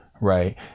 right